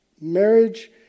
Marriage